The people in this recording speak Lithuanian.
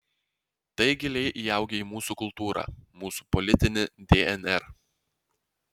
tai giliai įaugę į mūsų kultūrą mūsų politinį dnr